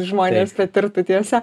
žmonės kad tartų tiesa